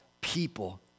People